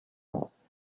loss